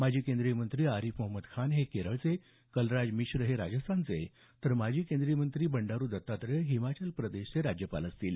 माजी केंद्रीय मंत्री आरिफ मोहम्मद खान हे केरळचे कलराज मिश्र हे राजस्थानचे तर माजी केंद्रीय मंत्री बंडारू दत्तात्रेय हिमाचल प्रदेशचे राज्यपाल असतील